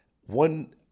one